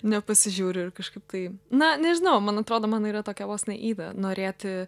nepasižiūriu ir kažkaip tai na nežinau man atrodo mano yra tokia vos ne yda norėti